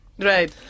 Right